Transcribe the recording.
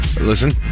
listen